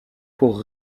pour